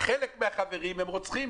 חלק מהחברים הם רוצחים,